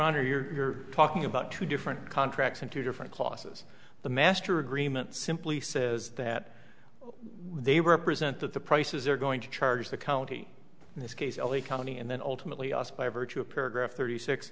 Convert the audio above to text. honor you're talking about two different contracts in two different clauses the master agreement simply says that they represent that the prices are going to charge the county in this case l a county and then ultimately us by virtue of paragraph thirty six